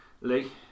Lee